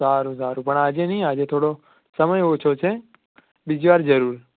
સારું સારું પણ આજે નહીં આજે થોડો સમય ઓછો છે બીજી વાર જરૂર